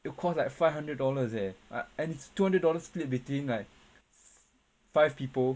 it will cost like five hundred dollars eh and it's two hundred dollars split between like five people